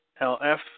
LF